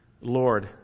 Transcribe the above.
Lord